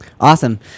Awesome